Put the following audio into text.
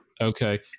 Okay